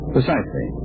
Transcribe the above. Precisely